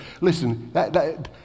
Listen